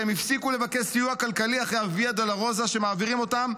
שהם הפסיקו לבקש סיוע כלכלי אחרי ה-ויה דולורוזה שמעבירים אותם,